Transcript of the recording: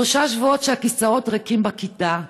שלושה שבועות שהכיסאות ריקים בכיתה,